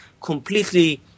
completely